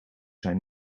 zijn